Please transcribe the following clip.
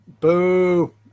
boo